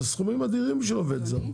אלה סכומים אדירים בשביל עובד זר.